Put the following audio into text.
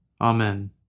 Amen